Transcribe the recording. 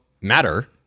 matter